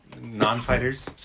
non-fighters